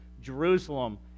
Jerusalem